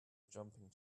jumping